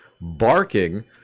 barking